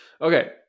okay